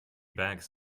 bags